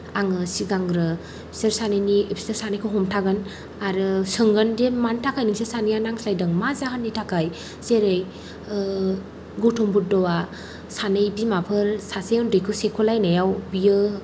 आङो सिगांग्रो बिसोर सानैनि बिसोर सानैखौ हमथागोन आरो सोंगोन दि मानि थाखाय नोंसोर सानैया नांज्लायदों मा जाहोननि थाखाय जेरै गौतम बुद्धआ सानै बिमाफोर सासे उन्दैखौ सेख'लायनायाव बियो